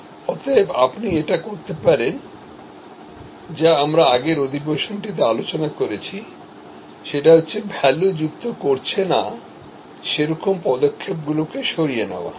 অতএব আপনি এটি করতে পারেন যা আমরা আগের সেশনটিতে আলোচনা করেছি সেটা হচ্ছে মূল্য সংযোজন করছে না সেরকম পদক্ষেপগুলি সরিয়ে নেওয়া